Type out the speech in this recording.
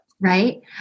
Right